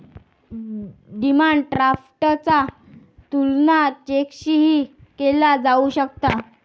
demand ड्राफ्टचा तुलना चेकशीही केला जाऊ शकता